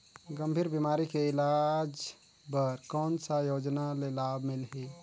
गंभीर बीमारी के इलाज बर कौन सा योजना ले लाभ मिलही?